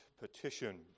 petition